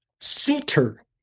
seater